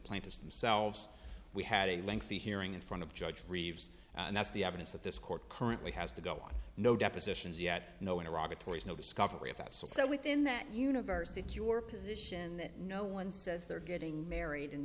plaintiffs themselves we had a lengthy hearing in front of judge reeves and that's the evidence that this court currently has to go on no depositions yet no iraq at tory's no discovery of that so within that universe it's your position that no one says they're getting married in